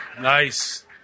Nice